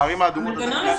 בערים האדומות.